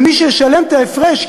ומי שישלם את ההפרש,